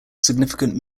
significant